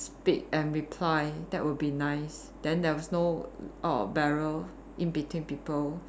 speak and reply that would be nice then there is no err barrier in between people